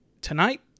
tonight